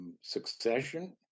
Succession